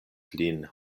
lin